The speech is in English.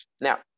Now